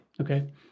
Okay